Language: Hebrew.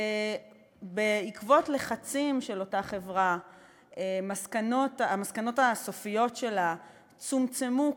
שבעקבות לחצים של אותה חברה המסקנות הסופיות שלה צומצמו,